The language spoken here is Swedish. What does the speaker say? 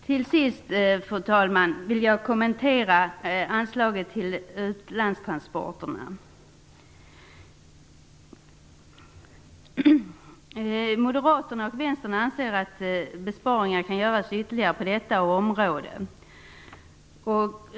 Till sist, fru talman, vill jag kommentera anslaget till utlandstransporterna. Moderaterna och Vänstern anser att ytterligare besparingar kan göras på detta område.